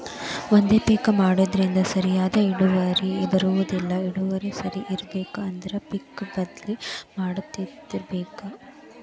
ಒಂದೇ ಪಿಕ್ ಮಾಡುದ್ರಿಂದ ಸರಿಯಾದ ಇಳುವರಿ ಬರುದಿಲ್ಲಾ ಇಳುವರಿ ಸರಿ ಇರ್ಬೇಕು ಅಂದ್ರ ಪಿಕ್ ಬದ್ಲಿ ಮಾಡತ್ತಿರ್ಬೇಕ